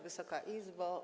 Wysoka Izbo!